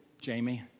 Jamie